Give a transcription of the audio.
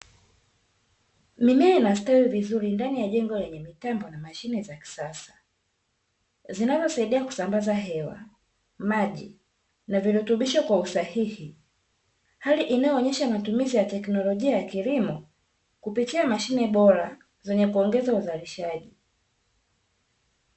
Mimea inastawi vizuri ndani ya jengo lenye mitambo na mashine za kisasa, zinazosaidia kusambaza hewa, maji na virutubisho kwa usahihi. Hali inayoonesha matumizi ya teknolojia ya kilimo kupitia mashine bora zenye kuongeza uzalishaji.